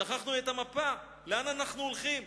שכחנו את המפה, לאן אנחנו הולכים.